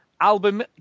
Album